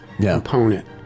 component